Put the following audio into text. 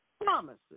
promises